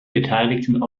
beteiligten